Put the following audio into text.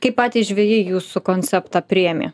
kaip patys žvejai jūsų konceptą priėmė